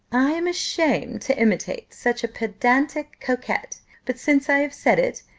i am ashamed to imitate such a pedantic coquet but since i have said it,